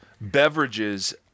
beverages